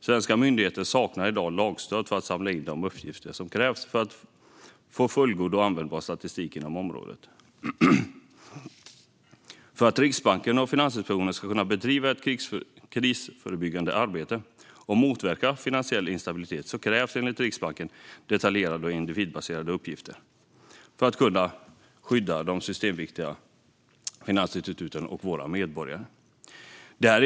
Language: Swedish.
Svenska myndigheter saknar i dag lagstöd för att samla in de uppgifter som krävs för att få fullgod och användbar statistik inom området. För att Riksbanken och Finansinspektionen ska kunna bedriva ett krisförebyggande arbete och motverka finansiell instabilitet krävs, enligt Riksbanken, detaljerade och individbaserade uppgifter. Detta för att kunna skydda de systemviktiga finansinstituten och våra medborgare.